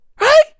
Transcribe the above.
right